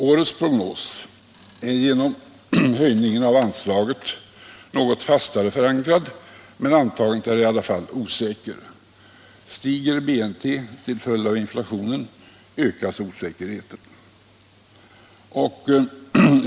Årets prognos är genom höjningen av anslaget något fastare förankrad, men antagandet är i alla fall osäkert. Stiger BNP till följd av inflationen, ökas osäkerheten.